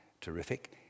terrific